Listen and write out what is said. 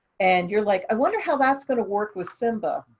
and you're like, i wonder how that's going to work with simba,